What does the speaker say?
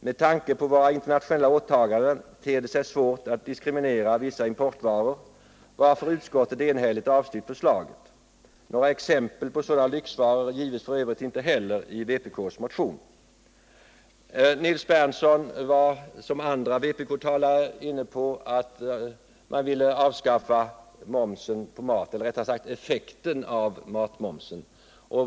Med tanke på våra internationella åtaganden ter det sig svårt att diskriminera vissa importvaror, varför utskottet enhälligt har avstyrkt förslaget. Några exempel på sådana lyxvaror ges f. ö. inte heller i vpk:s motion. Nils Berndtson var liksom andra vpk-talare inne på att man skulle lindra effekten av matmomsen.